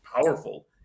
powerful